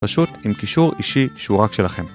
פשוט עם קישור אישי שהוא רק שלכם.